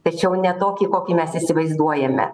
tačiau ne tokį kokį mes įsivaizduojame